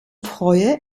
freue